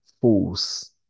fools